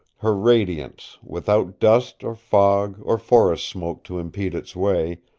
her radiance, without dust or fog or forest-smoke to impede its way,